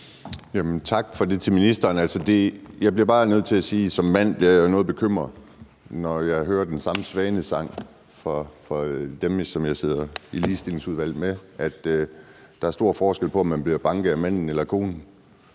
Tak til ministeren for det. Jeg bliver bare nødt til at sige, at som mand bliver jeg jo noget bekymret, når jeg hører den samme sang fra dem, jeg sidder i Ligestillingsudvalget med, altså at der er stor forskel på, om man bliver banket af manden eller konen.